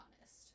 honest